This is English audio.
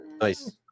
Nice